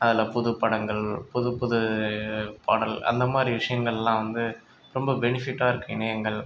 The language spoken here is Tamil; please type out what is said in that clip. அதில் புது படங்கள் புது புது பாடல் அந்தமாதிரி விஷயங்களெலாம் வந்து ரொம்ப பெனிஃபிட்டாக இருக்குது இணையங்கள்